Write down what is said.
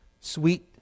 sweet